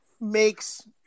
makes